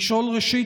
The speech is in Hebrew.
ראשית,